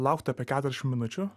laukti apie keturiasdešim minučių